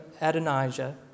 Adonijah